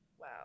wow